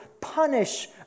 punish